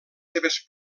seves